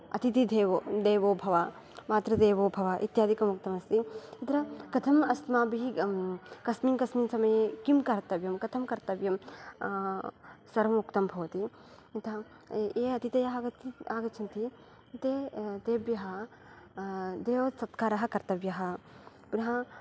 अतिथिधेवो देवो भव मातृदेवो भव इत्यादिकमुक्तमस्ति तत्र कथम् अस्माभिः कस्मिन् कस्मिन् समये किं कर्तव्यं कथं कर्तव्यं सर्वमुक्तं भवति अतः ये अतिथयः आगच्च आगच्छन्ति ते तेभ्यः देववत्सत्कारः कर्तव्यः पुनः